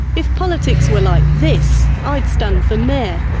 if politics were like this, i'd stand for mayor.